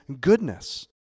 goodness